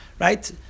right